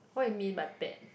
what you mean by bet